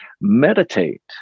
Meditate